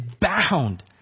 bound